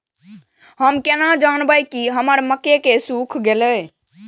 हम केना जानबे की हमर मक्के सुख गले?